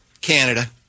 Canada